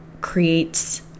creates